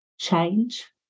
change